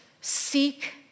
Seek